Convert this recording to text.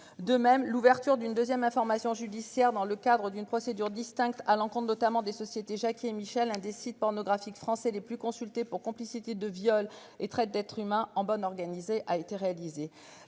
De même, l'ouverture d'une 2ème information judiciaire dans le cadre d'une procédure distincte à l'compte notamment des sociétés Jacquie et Michel, un des sites pornographiques français les plus consultés pour complicité de viol et traite d'être s'humains en bonne organisée a été réalisé